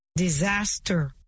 disaster